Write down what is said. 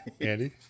Andy